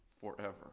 forever